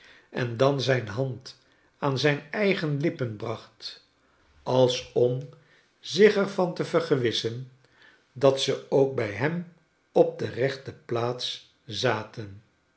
en dan zijn hand aan zijn eigen lippen bracht als om er zich van te vergewissen dat ze ook bij hem op de rechte plaats zaten